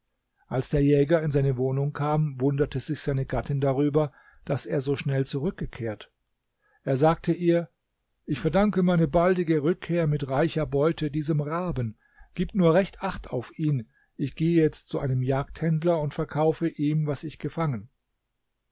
als der jäger in seine wohnung kam wunderte sich seine gattin darüber daß er so schnell zurückgekehrt er sagte ihr ich verdanke meine baldige rückkehr mit reicher beute diesem raben gib nur recht acht auf ihn ich gehe jetzt zu einem jagdhändler und verkaufe ihm was ich gefangen